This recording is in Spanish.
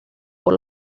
por